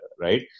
right